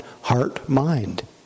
heart-mind